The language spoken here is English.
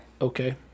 okay